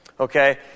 Okay